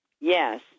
Yes